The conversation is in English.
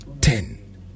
ten